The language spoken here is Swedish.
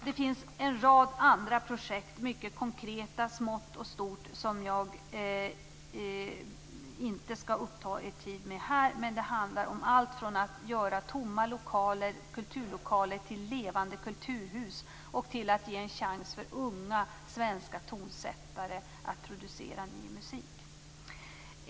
Det finns en rad andra mycket konkreta projekt, smått och stort, som jag inte skall uppta er tid med att nämna här. Det handlar om allt från att göra tomma kulturlokaler till levande kulturhus och till att ge en chans för unga svenska tonsättare att producera ny musik.